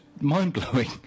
mind-blowing